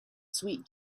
sweet